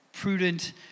Prudent